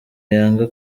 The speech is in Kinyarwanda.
yanga